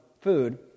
food